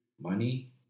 Money